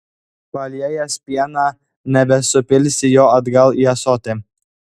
paliejęs pieną nebesupilsi jo atgal į ąsotį